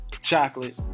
chocolate